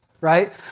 right